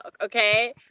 okay